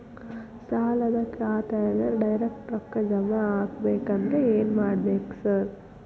ಸಾಲದ ಖಾತೆಗೆ ಡೈರೆಕ್ಟ್ ರೊಕ್ಕಾ ಜಮಾ ಆಗ್ಬೇಕಂದ್ರ ಏನ್ ಮಾಡ್ಬೇಕ್ ಸಾರ್?